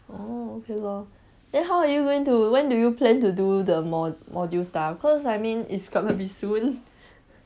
oh okay lor then how are you going to when do you plan to do the mo~ modules stuff cause I mean it's gonna be soon